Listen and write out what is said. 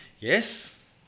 Yes